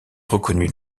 reconnu